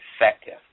effective